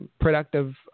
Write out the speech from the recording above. productive